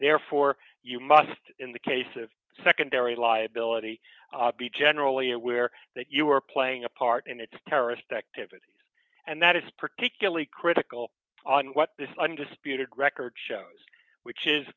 therefore you must in the case of secondary liability be generally aware that you were playing a part in a terrorist activity and that is particularly critical on what the undisputed record shows which is